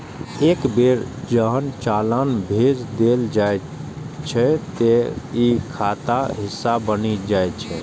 एक बेर जहन चालान भेज देल जाइ छै, ते ई खाताक हिस्सा बनि जाइ छै